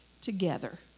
together